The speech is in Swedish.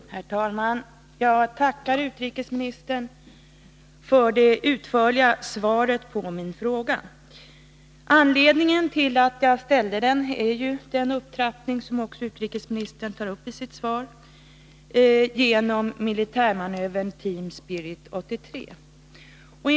Herr talman! Jag tackar utrikesministern för det utförliga svaret på min fråga. Anledningen till att jag ställde frågan är den upptrappning, som ju utrikesministern också tar upp i sitt svar, som militärmanövern ”Team Spirit 83” innebär.